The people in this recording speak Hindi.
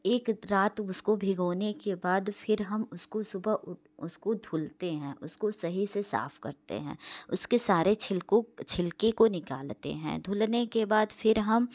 एक रात उसको भिगोने के बाद फिर हम उसको सुबह उठ उसको धुलते हैं उसको सही से साफ़ करते हैं उसके सारे छिलकों छीलके को निकालते हैं धुलने के बाद फिर हम